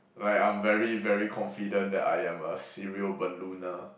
like I'm very very confident that I am a serial ballooner